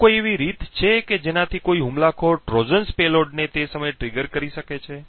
શું કોઈ એવી રીત છે કે જેનાથી કોઈ હુમલાખોર ટ્રોઝન્સ પેલોડને તે સમયે ટ્રિગર કરી શકે છે